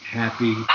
happy